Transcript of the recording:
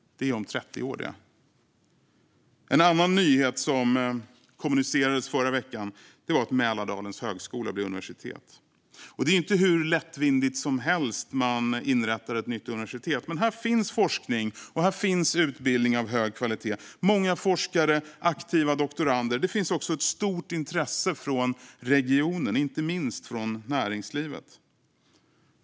Det är om 30 år. En annan nyhet som kommunicerades förra veckan var att Mälardalens högskola blir universitet. Det är ju inte hur lättvindigt som helst man inrättar ett nytt universitet. Men här finns forskning och utbildning av hög kvalitet, många forskare och aktiva doktorander. Det finns också ett stort intresse från regionen, inte minst från näringslivet.